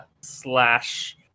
slash